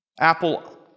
Apple